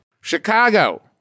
Chicago